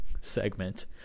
segment